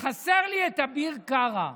חסר לי אביר קארה,